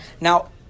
Now